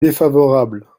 défavorable